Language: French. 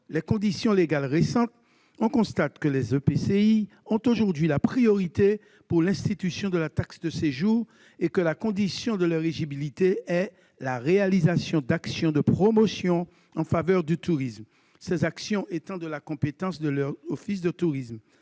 de coopération intercommunale, les EPCI, ont aujourd'hui la priorité pour l'institution de la taxe de séjour, et que la condition de leur éligibilité est « la réalisation d'actions de promotion en faveur du tourisme ». Ces actions étant de la compétence de leur office de tourisme,